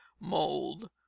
mold